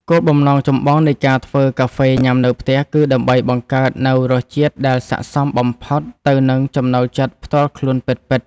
គោលបំណងចម្បងនៃការធ្វើកាហ្វេញ៉ាំនៅផ្ទះ គឺដើម្បីបង្កើតនូវរសជាតិដែលស័ក្តិសមបំផុតទៅនឹងចំណូលចិត្តផ្ទាល់ខ្លួនពិតៗ។